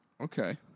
Okay